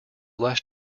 less